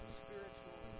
spiritual